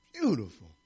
beautiful